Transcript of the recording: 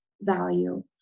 value